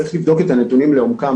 צריך לבדוק את הנתונים לעומקם,